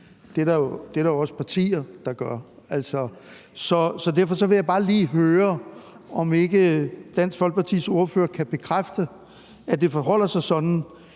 det er der jo også partier der gør. Derfor vil jeg bare lige høre, om ikke Dansk Folkepartis ordfører kan bekræfte, at det forholder sig sådan,